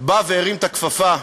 בא והרים את הכפפה,